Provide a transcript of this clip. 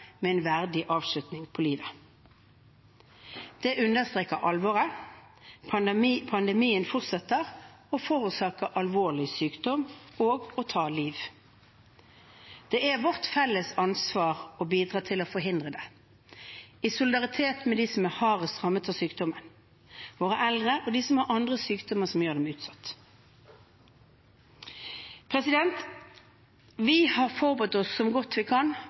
med en verdig avslutning på livet. Det understreker alvoret. Pandemien fortsetter å forårsake alvorlig sykdom og å ta liv. Det er vårt felles ansvar å bidra til å forhindre det, i solidaritet med de som rammes hardest av sykdommen, våre eldre og de som har andre sykdommer som gjør dem utsatt. Vi har forberedt oss så godt vi kan